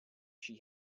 she